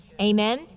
Amen